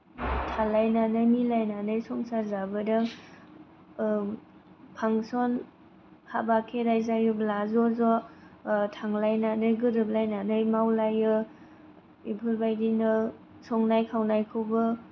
थालायनानै मिलायनानै संसार जाबोदों फांसन हाबा खेराइ जायोब्ला ज' ज' थांलायनानै गोरोबलायनानै मावलायो बेफोरबायदिनो संनाय खावनायखौबो